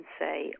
say